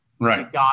Right